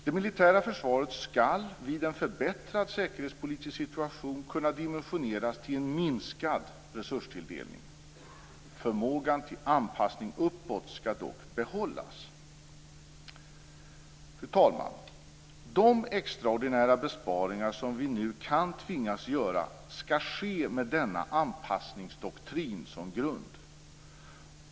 Det militära försvaret skall vid en förbättrad säkerhetspolitisk situation kunna dimensioneras till en minskad resurstilldelning. Förmågan till anpassning uppåt skall dock behållas. Fru talman! De extraordinära besparingar som vi nu kan tvingas göra skall ske med denna anpassningsdoktrin som grund.